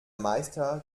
meister